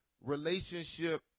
relationship